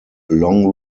long